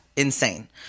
insane